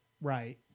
Right